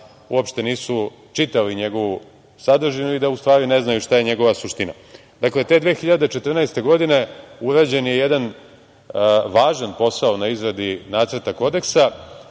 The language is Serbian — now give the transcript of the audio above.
uopšte nisu čitali njegovu sadržinu i da u stvari ne znaju šta je njegova suština. Dakle, te 2014. godine urađen je jedan važan posao na izradi nacrta kodeksa